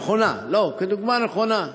כדוגמה נכונה.